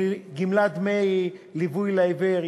גמלת דמי ליווי לעיוור,